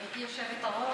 גברתי היושבת-ראש,